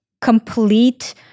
complete